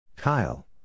Kyle